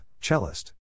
Cellist